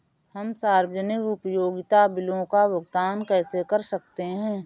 हम सार्वजनिक उपयोगिता बिलों का भुगतान कैसे कर सकते हैं?